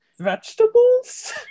vegetables